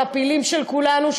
והפעילים של כולנו,